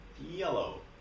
Yellow